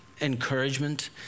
encouragement